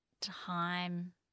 time